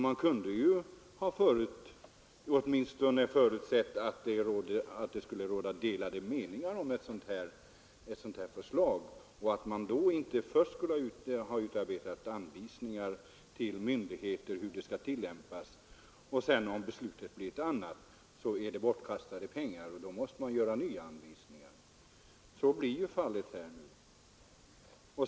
Man måste väl i varje fall räkna med att det kan råda delade meningar om ett förslag och därför inte utarbetar anvisningar i förtid om hur myndigheterna skall tillämpa bestämmelserna. Om beslutet blir ett annat innebär ett sådant förfarande bortkastade pengar, ty då måste ju nya anvisningar skrivas. Så blir ju fallet här.